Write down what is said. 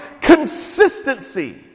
consistency